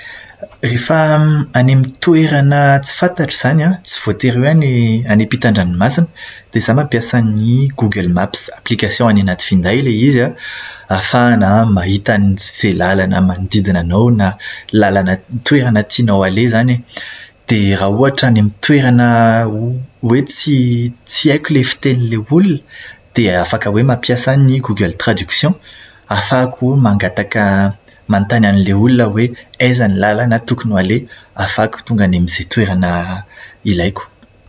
Rehefa any amin'ny toerana tsy fantatro izany an, tsy voatery hoe any any ampitan-dranomasina, dia izaho mampiasa ny Google Maps. "Application" any anaty finday ilay izy an, ahafahana mahita izay lalana manodidina anao na lalana toerana tianao aleha izany e. Dia raha ohatra any amin'ny toerana hoe tsy haiko ilay fitenin'ilay olona, dia afaka hoe mampiasa ny Google Traduction, ahafahako mangataka manontany an'ilay olona hoe aiza ny lalana tokony aleha ahafahako tonga any amin'izay toerana ilaiko.